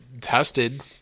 tested